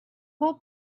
whole